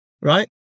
right